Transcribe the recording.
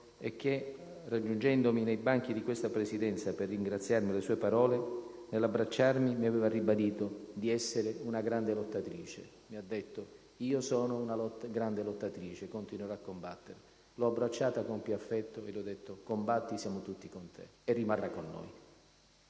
sono. Raggiungendomi ai banchi di questa Presidenza per ringraziarmi, nell'abbracciarmi aveva ribadito di essere una grande lottatrice. Mi disse: io sono una grande lottatrice e continuerò a combattere. L'abbracciai con più affetto e le dissi: combatti, siamo tutti con te. Rimarrà con noi.